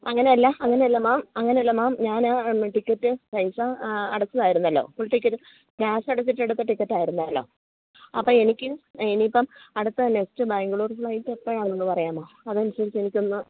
അങ്ങനെ അല്ല അങ്ങനെ അല്ല മാം അങ്ങനെ അല്ല മാം ഞാൻ ആ ടിക്കറ്റ് പൈസ അടച്ചതായിരുന്നല്ലോ ഫുൾ ടിക്കറ്റ് ക്യാഷ് അടച്ചിട്ട് എടുത്ത ടിക്കറ്റായിരുന്നല്ലോ അപ്പം എനിക്ക് ഇനി ഇപ്പം അടുത്ത നെക്സ്റ്റ് ബാംഗ്ലൂർ ഫ്ലൈറ്റ് എപ്പോഴാണ് എന്നൊന്ന് പറയാമോ അത് അനുസരിച്ചു എനിക്ക് ഒന്ന്